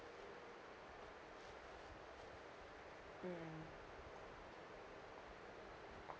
mm